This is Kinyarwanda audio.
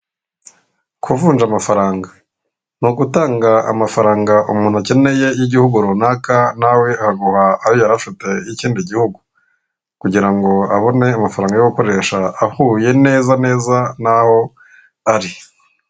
Kuvunja amafaranga ni ugutanga amafaranga umuntu akeneye y'igihugu runaka na we aguha ayo yarafate y'ikindi gihugu kugira ngo abone amafaranga yo gukoresha ahuye neza neza n'aho ari.